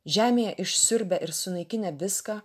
žemėje išsiurbę ir sunaikinę viską